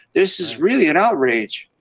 this is really an outrage.